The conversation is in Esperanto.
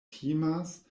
timas